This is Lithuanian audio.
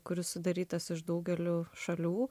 kuris sudarytas iš daugelio šalių